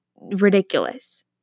ridiculous